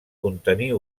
contenir